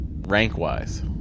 rank-wise